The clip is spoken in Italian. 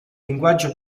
linguaggio